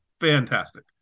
fantastic